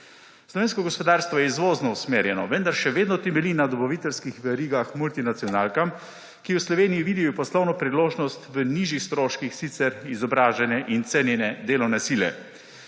Slovensko gospodarstvo je izvozno usmerjeno, vendar še vedno temelji na dobaviteljskih verigah multinacionalk, ki v Sloveniji vidijo poslovno priložnost v nižjih stroških sicer izobražene, a cenene delovne sile.